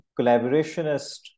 collaborationist